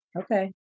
Okay